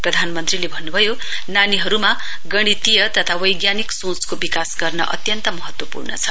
प्रधानमन्त्रीले भन्नुभयो नानीहरुमा गणितीय तथा वैज्ञानिक सोंचको विकास गर्ने अत्यन्त महत्वपूर्ण छ